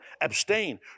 abstain